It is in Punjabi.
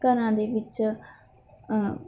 ਘਰਾਂ ਦੇ ਵਿੱਚ